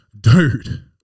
dude